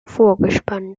vorgespannt